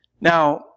Now